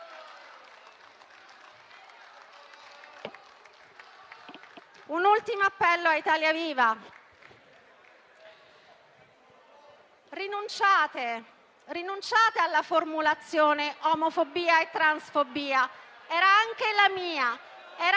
Un ultimo appello a Italia Viva: rinunciate alla formulazione «omofobia e transfobia». Era anche la mia, era